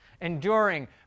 enduring